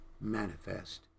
manifest